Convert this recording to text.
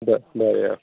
बरें बरें आं